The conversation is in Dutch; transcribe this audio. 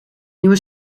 nieuwe